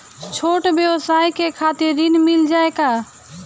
छोट ब्योसाय के खातिर ऋण मिल जाए का?